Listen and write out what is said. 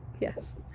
Yes